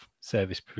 service